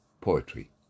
poetry